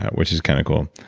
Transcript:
which is kind of cool.